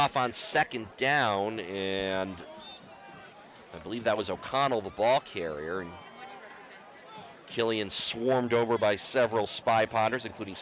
off on second down and i believe that was o'connell the ball carrier and killian swarmed over by several spy potters including